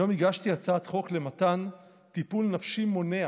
היום הגשתי הצעת חוק למתן טיפול נפשי מונע